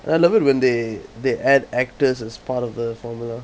I love it when they they add actors as part of the formula